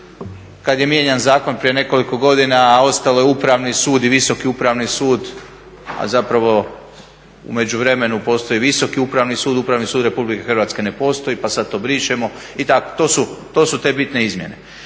kad je mijenjan zakon prije nekoliko godina, ostalo je Upravni sud i Visoki upravni sud, a zapravo u međuvremenu postoji Visoki upravni sud, Upravni sud RH ne postoji pa sada to brišemo i tako. To su te bitne izmjene.